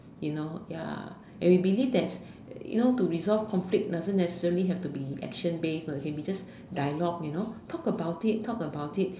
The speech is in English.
you know ya and we believe that you know to resolve conflict doesn't necessarily have to be action based you know it can be just dialogue you know talk about it talk about it